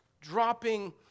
dropping